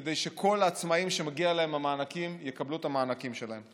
כדי שכל העצמאים שמגיעים להם המענקים יקבלו את המענקים שלהם.